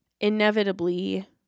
inevitably